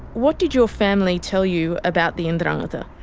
what did your family tell you about the ndrangheta?